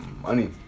Money